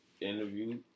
interview